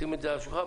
לשים אותה על השולחן,